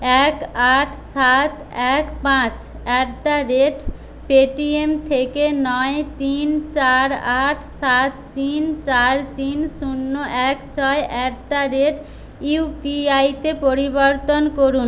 এক আট সাত এক পাঁচ অ্যাট দ্য রেট পেটিএম থেকে নয় তিন চার আট সাত তিন চার তিন শূন্য এক ছয় at the rate U P আইতে পরিবর্তন করুন